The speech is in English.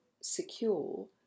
secure